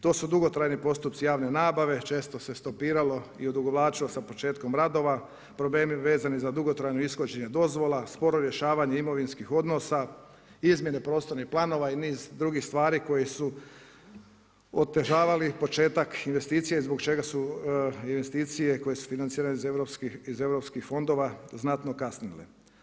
To su dugotrajni postupci javne nabave, često se stopiralo i odugovlačilo sa početkom radova, problemi vezani za dugotrajno ishođenje dozvola, sporo rješavanje imovinskih odnosa, izmjene prostornih planova i niz drugih stvari koje su otežavali početak investicije zbog čega su investicije koje su financirane iz europskih fondova, znatno kasnile.